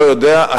לא יודע.